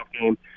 game